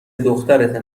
دخترته